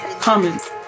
comments